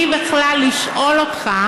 בלי בכלל לשאול אותך,